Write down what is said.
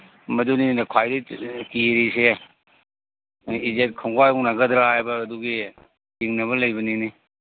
ꯃꯗꯨꯅꯤꯅꯦ ꯈ꯭ꯋꯥꯏꯗꯩ ꯀꯤꯔꯤꯁꯦ ꯏꯖꯠ ꯈꯣꯡꯒꯥꯎꯅꯒꯗ꯭ꯔꯥ ꯍꯥꯏꯕ ꯑꯗꯨꯒꯤ ꯆꯤꯡꯅꯕ ꯂꯩꯕꯅꯤꯅꯦ